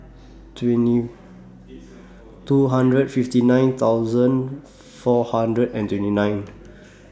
twenty two hundred fifty nine thousand four hundred and twenty nine